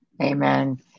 Amen